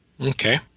Okay